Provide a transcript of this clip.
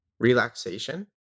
relaxation